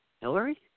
Hillary